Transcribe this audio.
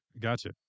gotcha